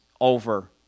over